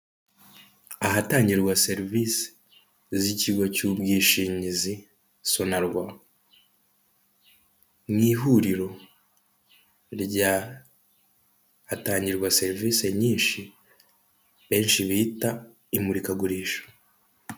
Ahatangirwa serivise z'ikigo cy'ubwishingizi Sonarwa. Mu ihuriro ry'ahatangirwa serivise nyinshi benshi bita : imurikagurisha.